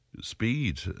speed